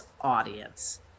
audience